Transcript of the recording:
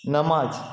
नमाज